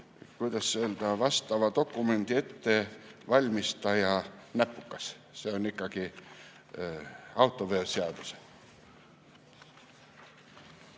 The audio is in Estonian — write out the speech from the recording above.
lihtsalt vastava dokumendi ettevalmistaja näpukas. See on ikkagi "autoveoseaduse".